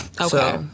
Okay